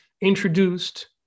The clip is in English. introduced